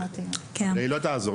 לא תוכל לעזור.